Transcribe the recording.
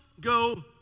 go